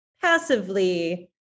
passively